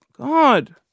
God